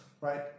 Right